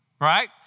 right